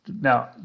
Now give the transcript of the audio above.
Now